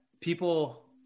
people